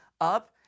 up